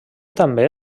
també